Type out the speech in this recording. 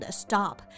stop